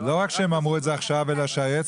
לא רק שהם אמרו את זה עכשיו אלא שהיועצת